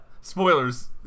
Spoilers